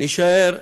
נישאר פעורי-פה,